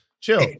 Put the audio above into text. chill